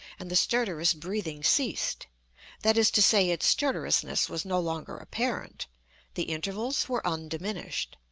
and the stertorous breathing ceased that is to say, its stertorousness was no longer apparent the intervals were undiminished.